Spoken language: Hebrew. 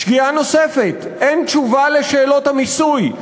שגיאה נוספת: אין תשובה על שאלות המיסוי.